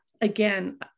again